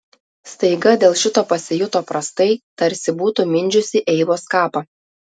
staiga dėl šito pasijuto prastai tarsi būtų mindžiusi eivos kapą